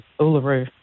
Uluru